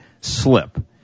slip